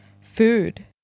food